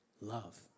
Love